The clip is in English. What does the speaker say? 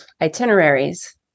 itineraries